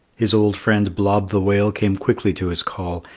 his old friend blob the whale came quickly to his call,